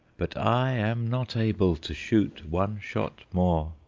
but i am not able to shoot one shot more,